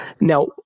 Now